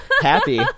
Happy